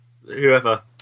Whoever